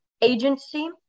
agency